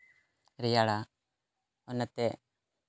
ᱨᱮᱭᱟᱲᱟ ᱚᱱᱟᱛᱮ